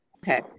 Okay